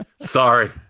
Sorry